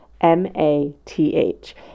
M-A-T-H